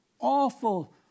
awful